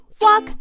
Walk